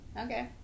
Okay